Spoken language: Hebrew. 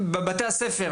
בבתי הספר,